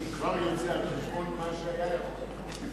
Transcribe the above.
אני כבר יוצא על-חשבון מה שהיה יכול לקרות.